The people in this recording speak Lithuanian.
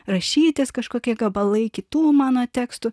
rašytis kažkokie gabalai kitų mano tekstų